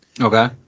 Okay